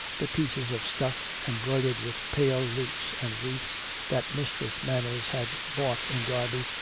the pieces of stuff, embroidered with pale lutes and wreaths that mis tress manners had bought in derby,